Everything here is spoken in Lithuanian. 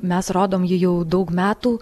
mes rodom jį jau daug metų